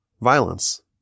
violence